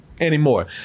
anymore